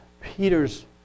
Peter's